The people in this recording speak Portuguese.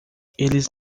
eles